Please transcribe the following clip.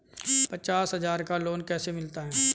पचास हज़ार का लोन कैसे मिलता है?